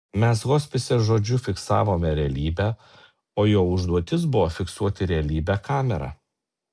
mes hospise žodžiu fiksavome realybę o jo užduotis buvo fiksuoti realybę kamera